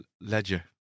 Ledger